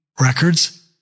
Records